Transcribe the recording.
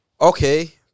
Okay